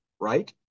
right